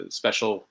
special